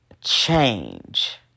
change